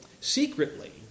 Secretly